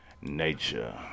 nature